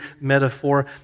metaphor